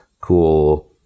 cool